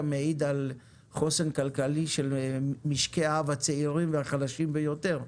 מעיד על חוסן כלכלי של משקי האב הצעירים והחלשים ביותר,